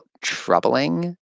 troubling